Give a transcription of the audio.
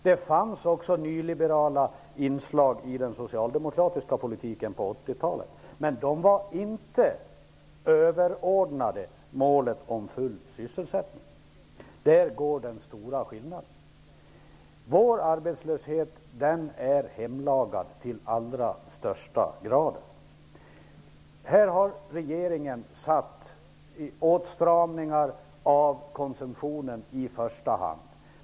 Det fanns också nyliberala inslag i den socialdemokratiska politiken på 80-talet, men de var inte överordnade målet om full sysselsättning. Där är den stora skillnaden. Vår arbetslöshet är hemlagad till allra största delen. Här har regeringen gjort åtstramningar av konsumtionen i första hand.